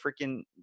freaking